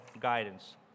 guidance